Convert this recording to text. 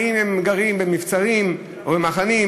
האם הם גרים במבצרים או במחנים,